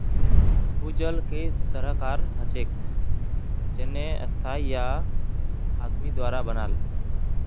भूजल कई तरह कार हछेक जेन्ने स्थाई या आदमी द्वारा बनाल